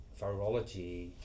virology